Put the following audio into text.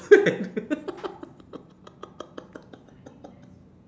paddle